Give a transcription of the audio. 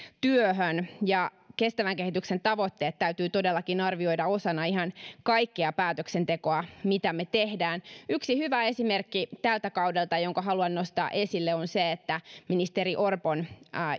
työhön ja kestävän kehityksen tavoitteet täytyy todellakin arvioida osana ihan kaikkea päätöksentekoa mitä me teemme yksi hyvä esimerkki tältä kaudelta jonka haluan nostaa esille on se että ministeri orpon